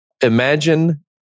Imagine